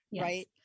right